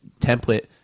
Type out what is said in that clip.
template